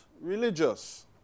religious